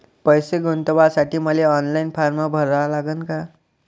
पैसे गुंतवासाठी मले ऑनलाईन फारम भरा लागन का?